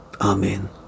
Amen